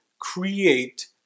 create